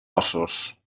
ossos